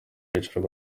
hejuru